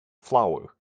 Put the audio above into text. flour